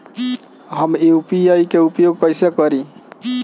हम यू.पी.आई के उपयोग कइसे करी?